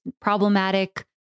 problematic